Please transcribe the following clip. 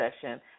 session